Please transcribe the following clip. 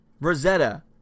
Rosetta